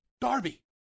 Darby